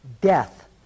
death